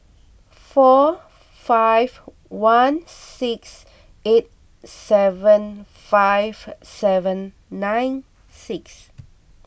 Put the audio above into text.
four five one six eight seven five seven nine six